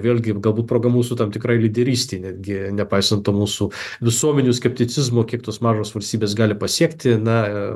vėlgi galbūt proga mūsų tam tikrai lyderystei netgi nepaisant to mūsų visuomenių skepticizmo kiek tos mažos valstybės gali pasiekti na